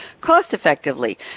cost-effectively